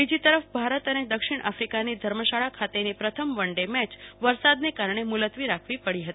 બોજી તરફ ભારત અને દક્ષીણ આફીકાની ધર્મશાળા ખાતની પ્રથમ વન ડ મેચ વરસાદને કારણે મલતવી રાખવી પડી હતી